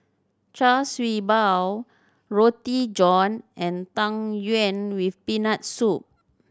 Char Siew Bao Roti John and Tang Yuen with Peanut Soup